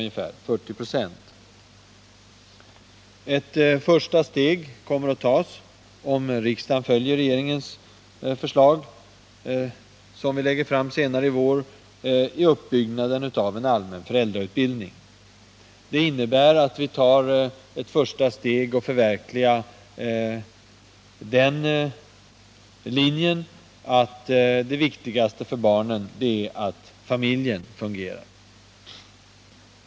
Ett första steg kommer att tas, om riksdagen följer det förslag som regeringen lägger fram senare i vår, i uppbyggnaden av en allmän föräldrautbildning. Det innebär att vi börjar arbeta efter linjen att det viktigaste för barnen är att familjen fungerar.